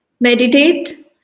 meditate